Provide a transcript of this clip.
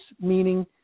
meaning